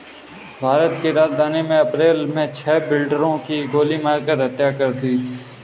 भारत की राजधानी में अप्रैल मे छह बिल्डरों की गोली मारकर हत्या कर दी है